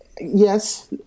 Yes